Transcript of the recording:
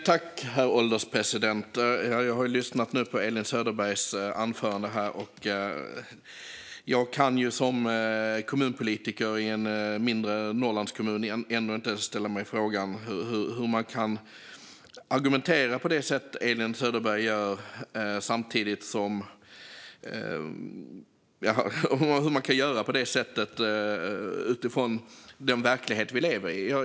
Herr ålderspresident! Jag har lyssnat på Elin Söderbergs anförande här. Som kommunpolitiker i en mindre Norrlandskommun kan jag inte förstå hur man kan argumentera på det sättet utifrån den verklighet vi lever i.